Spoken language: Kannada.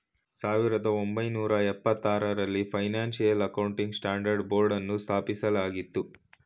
ಸಾವಿರದ ಒಂಬೈನೂರ ಎಪ್ಪತಾರರಲ್ಲಿ ಫೈನಾನ್ಸಿಯಲ್ ಅಕೌಂಟಿಂಗ್ ಸ್ಟ್ಯಾಂಡರ್ಡ್ ಬೋರ್ಡ್ನ ಸ್ಥಾಪಿಸಲಾಯಿತು